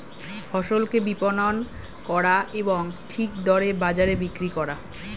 ফসলকে বিপণন করা এবং ঠিক দরে বাজারে বিক্রি করা